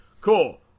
Cool